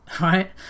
right